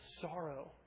sorrow